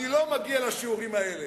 אני לא מגיע לשיעורים האלה.